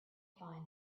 find